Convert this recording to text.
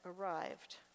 arrived